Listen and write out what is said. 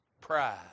pride